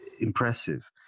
impressive